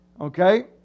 Okay